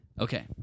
Okay